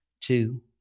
two